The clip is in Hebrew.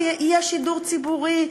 ויהיה שידור ציבורי,